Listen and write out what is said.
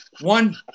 One